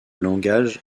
langage